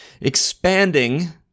expanding